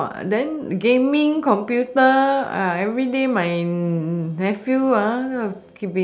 then gaming computer ah everyday my nephew ah